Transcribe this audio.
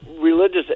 religious